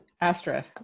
Astra